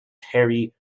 hairy